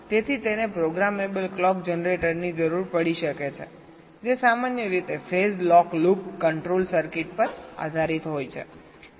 તેથી તેને programmable clock generator ની જરૂર પડી શકે છે જે સામાન્ય રીતે phase lock loop control circuit પર આધારિત હોય છે